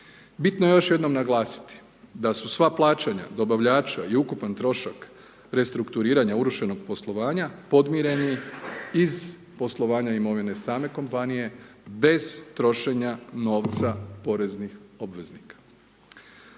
Bitno je još jednom naglasiti, da su sva plaćanja dobavljača i ukupan trošak restrukturiranja urušenog poslovanja podmireni iz poslovanja imovine same kompanije, bez trošenja novca poreznih obveznika.